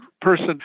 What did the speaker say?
person